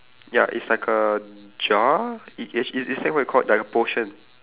ya is like a jar it it's it's that what you call like a potion